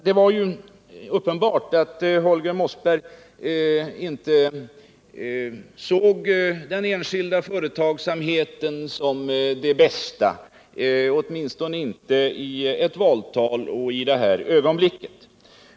Det är uppenbart att Holger Mossberg inte ser den enskilda företagsamheten som det bästa, åtminstone gör han det inte i ett valtal och vid det här tillfället.